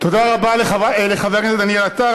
תודה רבה לחבר הכנסת דניאל עטר.